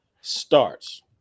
starts